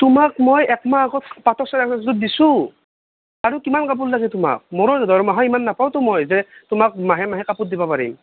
তোমাক মই একমাহৰ আগত পাতৰ চেট এযোৰ দিছোঁ আৰু কিমান কাপোৰ লাগে তোমাক মোৰো দৰমহা ইমানটো নাপাওটো মই যে তোমাক মাহে মাহে কাপোৰ দিবা পাৰিম